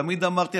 תמיד אמרתי,